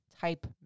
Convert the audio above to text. type